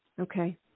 Okay